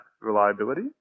reliability